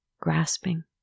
grasping